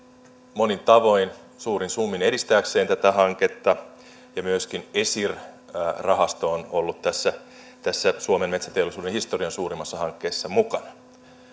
monin tavoin suurin summin edistääkseen tätä hanketta ja myöskin esir rahasto on ollut tässä tässä suomen metsäteollisuuden historian suurimmassa hankkeessa mukana